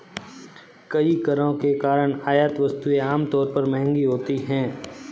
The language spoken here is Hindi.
कई करों के कारण आयात वस्तुएं आमतौर पर महंगी होती हैं